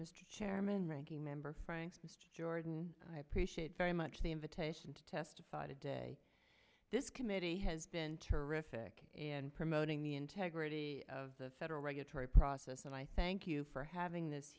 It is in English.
mr chairman ranking member jordan i appreciate very much the invitation to testify today this committee has been terrific in promoting the integrity of the federal regulatory process and i thank you for having this